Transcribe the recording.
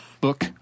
Book